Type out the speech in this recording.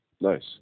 Nice